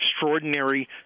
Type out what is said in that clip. extraordinary